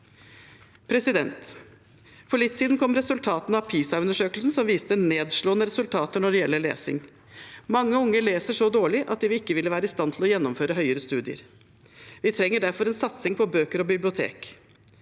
landet. For litt siden kom resultatene av PISA-undersøkelsen, som viste nedslående resultater når det gjelder lesing. Mange unge leser så dårlig at de ikke vil være i stand til å gjennomføre høyere studier. Vi trenger derfor en satsing på bøker og bibliotek.